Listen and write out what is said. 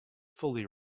fully